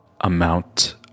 amount